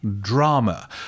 drama